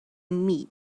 meet